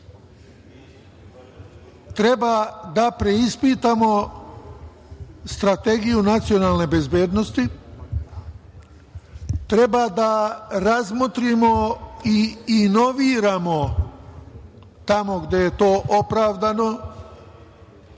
zemlje preispitamo Strategiju nacionalne bezbednosti, da razmotrimo i inoviramo tamo gde je to opravdano